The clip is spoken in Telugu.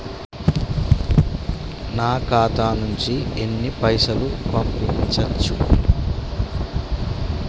నా ఖాతా నుంచి ఎన్ని పైసలు పంపించచ్చు?